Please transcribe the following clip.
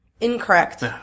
Incorrect